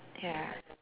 ya